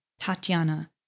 Tatiana